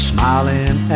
Smiling